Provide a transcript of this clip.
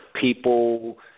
people